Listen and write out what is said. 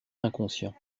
inconscient